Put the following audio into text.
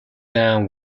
down